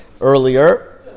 earlier